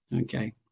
Okay